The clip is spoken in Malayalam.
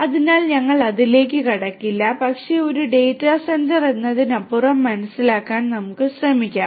അതിനാൽ ഞങ്ങൾ അതിലേക്ക് കടക്കില്ല പക്ഷേ ഒരു ഡാറ്റാ സെന്റർ എന്നതിനപ്പുറം മനസ്സിലാക്കാൻ നമുക്ക് ശ്രമിക്കാം